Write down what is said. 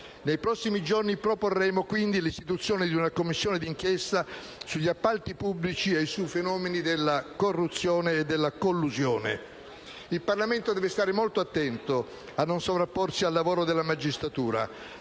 Nei prossimi giorni proporremo, quindi, l'istituzione di una Commissione d'inchiesta sugli appalti pubblici e sui fenomeni della corruzione e della collusione. II Parlamento deve stare molto attento a non sovrapporsi al lavoro della magistratura,